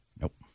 Nope